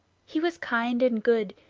he was kind and good,